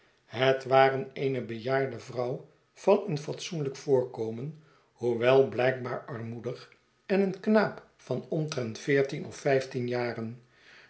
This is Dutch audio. het waren eene bejaarde vrouw van een fatsoenlijk voorkomen hoewel blijkbaar armoedig en een knaap van omtrent veertien of vijftien jaren